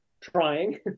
trying